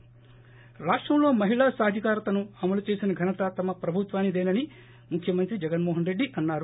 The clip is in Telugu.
ి రాష్టంలో మహిళా సాధికారతను అమలు చేసిన ఘనత తమ ప్రభుత్వానిదేనని ముఖ్యమంత్రి జగన్మోహన్ రెడ్డి అన్నారు